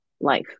life